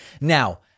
Now